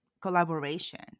collaboration